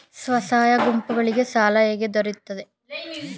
ಸ್ವಸಹಾಯ ಗುಂಪುಗಳಿಗೆ ಸಾಲ ಹೇಗೆ ದೊರೆಯುತ್ತದೆ?